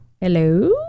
Hello